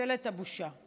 ממשלת הבושה.